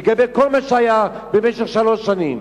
לגבי כל מה שהיה במשך שלוש שנים.